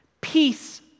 Peace